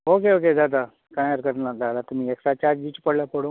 okay okay जाता कांय हरकत ना धाडा तुमी एक्स्ट्रा चार्जीस पडल्यार पडूं